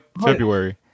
February